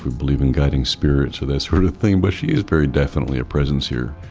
believe in guiding spirits or that sort of thing, but she is very definitely a presence here